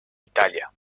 italia